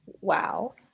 Wow